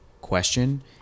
question